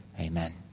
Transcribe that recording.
Amen